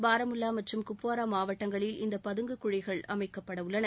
பாரமுல்லா மற்றும் குப்வாரா மாவட்டங்களில் இந்தப் பதுங்கு குழிகள் அமைக்கப்பட உள்ளன